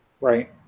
Right